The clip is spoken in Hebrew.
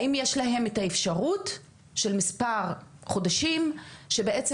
האם יש להן את האפשרות של מספר חודשים שבהם בעצם